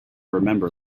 remember